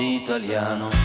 italiano